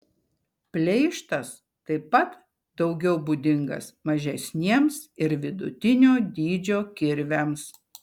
pleištas taip pat daugiau būdingas mažesniems ir vidutinio dydžio kirviams